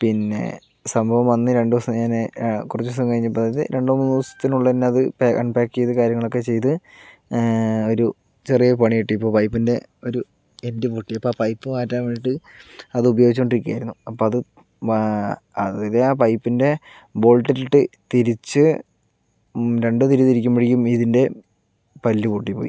പിന്നെ സംഭവം വന്ന് രണ്ട് ദിവസം കഴിഞ്ഞ് കുറച്ച് സമയം കഴിഞ്ഞപ്പോൾ അത് രണ്ട് മൂന്ന് ദിവസത്തിനുള്ളിൽ തന്നെ അത് അൺപാക്ക് ചെയ്ത് കാര്യങ്ങളൊക്കെ ചെയ്ത് ഒരു ചെറിയ പണി കിട്ടി ഇപ്പോൾ പൈപ്പിൻ്റെ ഒരു എൻഡ് പൊട്ടി അപ്പോൾ ആ പൈപ്പ് മാറ്റാൻ വേണ്ടീട്ട് അത് ഉപയോഗിച്ചു കൊണ്ടിരിക്കുവായിരുന്നു അപ്പ അത് വാ അതില് ആ പൈപ്പിൻ്റെ ബോൾട്ടിലിട്ട് തിരിച്ച് രണ്ട് തിരി തിരിക്കുമ്പഴേക്കും ഇതിൻ്റെ പല്ല് പൊട്ടി പോയി